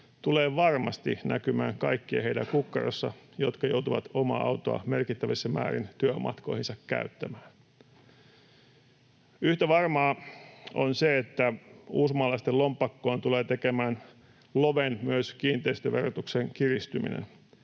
tulee varmasti näkymään kaikkien heidän kukkarossa, jotka joutuvat omaa autoa merkittävissä määrin työmatkoihinsa käyttämään. Yhtä varmaa on se, että uusmaalaisten lompakkoon tulee tekemään loven myös kiinteistöverotuksen kiristyminen,